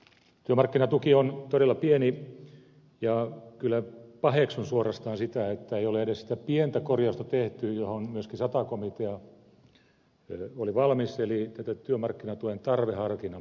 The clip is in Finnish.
työmarkkinatuki on todella pieni ja kyllä paheksun suorastaan sitä että ei ole edes sitä pientä korjausta tehty johon myöskin sata komitea oli valmis eli tätä työmarkkinatuen tarveharkinnan poistamista